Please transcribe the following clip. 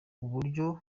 uburyo